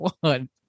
one